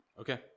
Okay